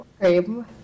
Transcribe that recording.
cream